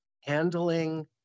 handling